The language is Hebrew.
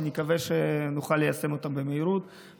נקווה שנוכל ליישם אותם במהירות.